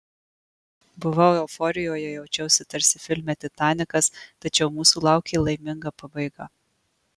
buvau euforijoje jaučiausi tarsi filme titanikas tačiau mūsų laukė laiminga pabaiga